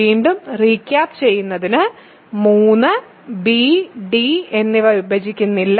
വീണ്ടും റീക്യാപ്പ് ചെയ്യുന്നതിന് 3 b d എന്നിവ വിഭജിക്കുന്നില്ല